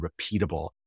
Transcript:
repeatable